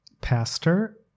pastor